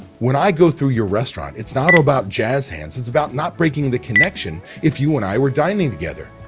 when i go through your restaurant, it's not all about jazz hands. it's about not breaking the connection if you and i were dining together.